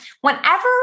whenever